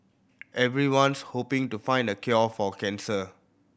everyone's hoping to find the cure for cancer